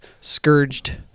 scourged